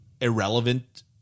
irrelevant